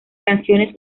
canciones